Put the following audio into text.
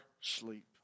sleep